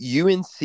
UNC